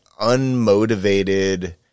unmotivated